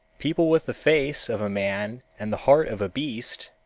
people with the face of a man and the heart of a beast,